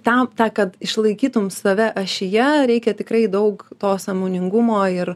tam tą kad išlaikytum save ašyje reikia tikrai daug to sąmoningumo ir